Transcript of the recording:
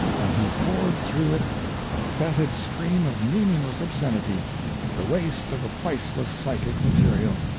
and he poured through it a fetid stream of meaningless obscenity the waste of a priceless psychic material!